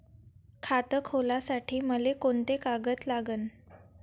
खात खोलासाठी मले कोंते कागद लागन?